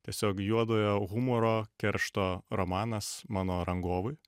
tiesiog juodojo humoro keršto romanas mano rangovui